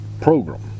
program